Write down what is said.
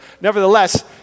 nevertheless